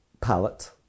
palette